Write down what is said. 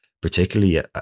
particularly